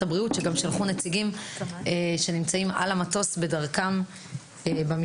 הבריאות כאן שגם שלחו נציגים שנמצאים על המטוס בדרכם במשלחת.